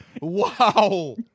Wow